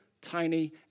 tiny